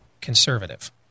conservative